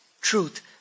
truth